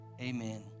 Amen